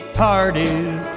parties